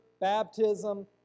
baptism